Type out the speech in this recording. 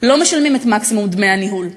לא משלמים את מקסימום דמי הניהול.